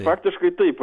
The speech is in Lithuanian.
faktiškai taip